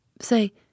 Say